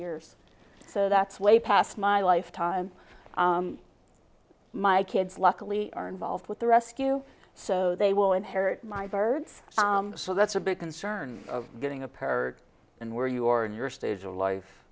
years so that's way past my life time my kids luckily are involved with the rescue so they will inherit my birds so that's a big concern of getting a pair and where you are in your stage of life